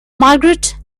margaret